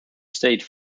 state